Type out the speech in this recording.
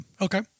Okay